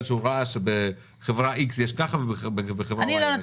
שהוא ראה שבחברה אחת יש ככה ובאחרת יש משהו אחר.